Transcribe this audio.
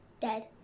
Dead